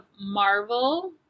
Marvel